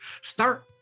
Start